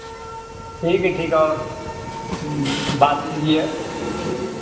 ठीक है ठीक है और बात कीजिए